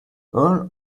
earl